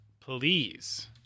please